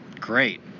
great